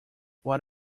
what